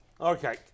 Okay